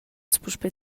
puspei